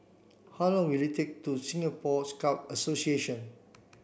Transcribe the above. how long will it take to Singapore Scout Association